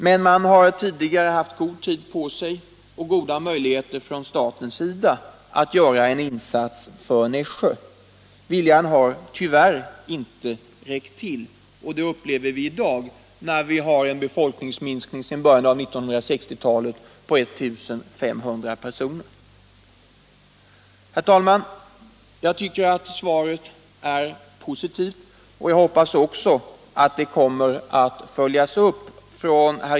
Men staten har tidigare haft god tid på sig och goda möjligheter att göra en insats för Nässjö. Viljan har tyvärr inte räckt till — det upplever vi i dag, när vi har en befolkningsminskning sedan början av 1960-talet på 1 500 personer. Herr talman! Jag tycker att svaret är positivt, och jag hoppas att herr industriministern kommer att följa upp det.